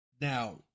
Now